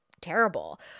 terrible